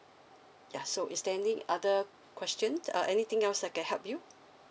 ya so is there any other questions uh anything else I can help you